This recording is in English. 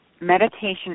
meditation